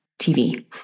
TV